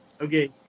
Okay